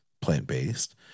plant-based